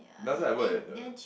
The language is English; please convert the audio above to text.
doesn't have word in the